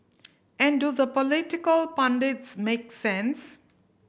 and do the political pundits make sense